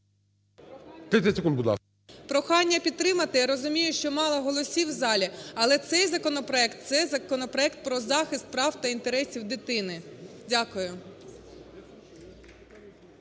Прохання підтримати. Я розумію, що мало голосів в залі, але цей законопроект, це законопроект про захист прав та інтересів дитини. Дякую.